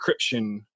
encryption